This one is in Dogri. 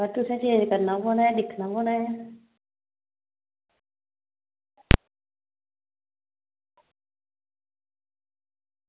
तुसें चेंज़ करना पौना ऐ दिक्खना पौना ऐ